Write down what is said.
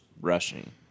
rushing